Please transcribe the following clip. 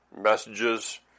messages